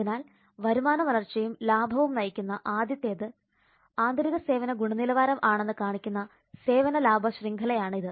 അതിനാൽ വരുമാന വളർച്ചയും ലാഭവും നയിക്കുന്ന ആദ്യത്തേത് ആന്തരിക സേവന ഗുണനിലവാരം ആണെന്ന് കാണിക്കുന്ന സേവന ലാഭ ശൃംഖല ആണിത്